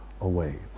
away